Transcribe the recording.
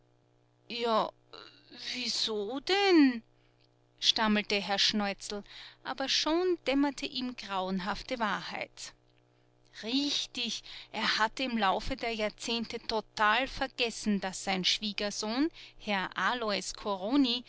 ja wieso denn stammelte herr schneuzel aber schon dämmerte ihm grauenhafte wahrheit richtig er hatte im laufe der jahrzehnte total vergessen daß sein schwiegersohn herr alois corroni